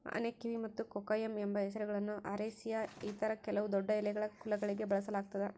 ಆನೆಕಿವಿ ಮತ್ತು ಕೊಕೊಯಮ್ ಎಂಬ ಹೆಸರುಗಳನ್ನು ಅರೇಸಿಯ ಇತರ ಕೆಲವು ದೊಡ್ಡಎಲೆಗಳ ಕುಲಗಳಿಗೆ ಬಳಸಲಾಗ್ತದ